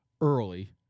early